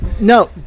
No